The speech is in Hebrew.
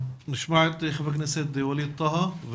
נשמע את חבר הכנסת ווליד טאהא.